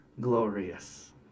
glorious